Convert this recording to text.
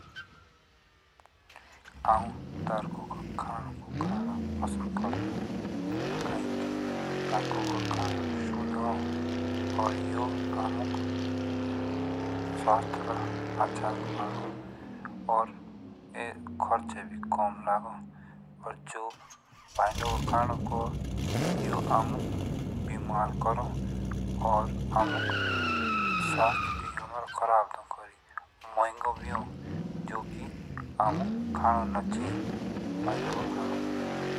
आउ डारको के खाणोको खाना पसंद करदा काइ की डरके का खाना शुद्ध हो और यो अमुक स्वस्थ अच्छा भन्यो। और खर्च भी कम लागो। जो का खाणोको हो यो आमुक बेमार करो और आमुक स्वस्थ भी अमारा खराब करो। और मोइगो भी हो जो की आमुक खाणो ना चाहिये।